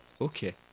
Okay